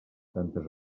tantes